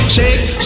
Shake